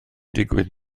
digwydd